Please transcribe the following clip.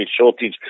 shortage